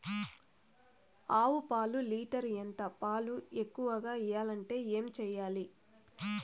ఆవు పాలు లీటర్ ఎంత? పాలు ఎక్కువగా ఇయ్యాలంటే ఏం చేయాలి?